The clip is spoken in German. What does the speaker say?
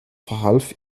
verhalf